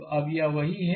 तो अब यह वही है